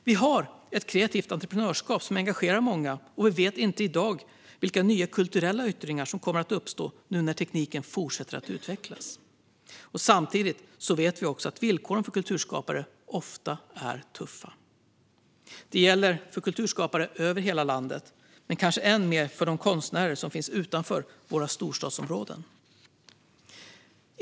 Vi har ett kreativt entreprenörskap som engagerar många, och vi vet inte i dag vilka nya kulturella yttringar som kommer att uppstå nu när tekniken fortsätter att utvecklas. Samtidigt vet vi också att villkoren för kulturskapare ofta är tuffa. Det gäller för kulturskapare över hela landet, men kanske än mer för de konstnärer som finns utanför våra storstadsområden.